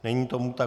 Není tomu tak.